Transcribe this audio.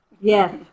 Yes